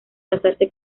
casarse